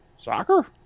Soccer